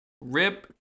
Rip